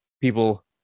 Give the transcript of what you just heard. people